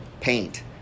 paint